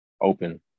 open